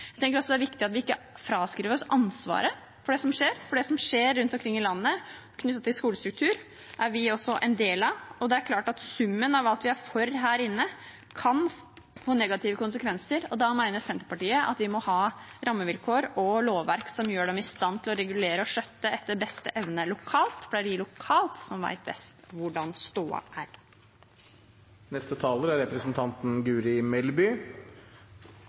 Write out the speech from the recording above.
Det er også viktig at vi ikke fraskriver oss ansvaret for det som skjer, for det som skjer rundt omkring i landet knyttet til skolestruktur, er vi også en del av. Det er klart at summen av alt vi er for her inne, kan få negative konsekvenser, og da mener Senterpartiet at vi må ha rammevilkår og lovverk som gjør en i stand til å regulere og skjøtte etter beste evne lokalt, for det er de lokalt som vet best hvordan stoda er. Representanten Knutsdatter Strand sa at det er